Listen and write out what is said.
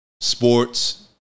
Sports